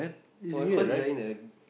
oh cause he's wearing that